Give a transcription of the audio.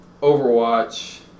Overwatch